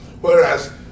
Whereas